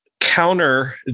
counter